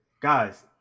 Guys